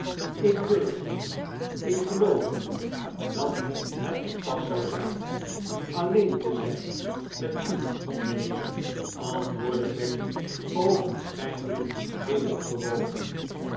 ik durf niet ik geloof niet dat het gepast zou zijn alleen te zijn met u mijnheer antwoordde becky oogenschijnlijk hevig bewogen